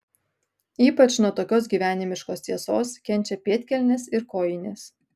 ypač nuo tokios gyvenimiškos tiesos kenčia pėdkelnės ir kojinės